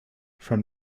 from